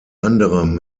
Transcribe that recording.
anderem